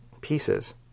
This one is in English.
pieces